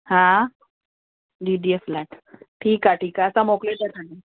हा DDA flat ठीकु आहे ठीकु आहे असां मोकिले छॾ तव्हांखे